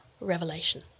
revelation